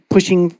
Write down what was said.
Pushing